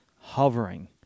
hovering